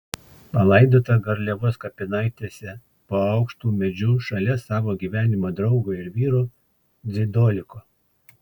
palaidota garliavos kapinaitėse po aukštu medžiu šalia savo gyvenimo draugo ir vyro dzidoliko